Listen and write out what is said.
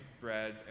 bread